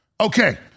Okay